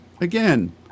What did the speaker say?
Again